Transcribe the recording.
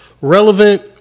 Relevant